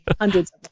hundreds